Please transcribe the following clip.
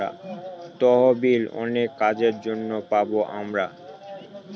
তহবিল অনেক কাজের জন্য পাবো আমরা